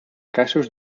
casos